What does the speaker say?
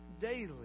daily